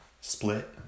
split